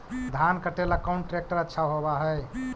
धान कटे ला कौन ट्रैक्टर अच्छा होबा है?